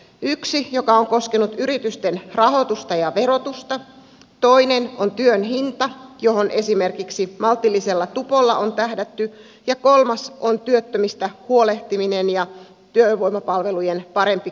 yksi joka on koskenut yritysten rahoitusta ja verotusta toinen on työn hinta johon esimerkiksi maltillisella tupolla on tähdätty ja kolmas on työttömistä huolehtiminen ja työvoimapalvelujen parempi kohdennus